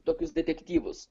tokius detektyvus